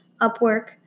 Upwork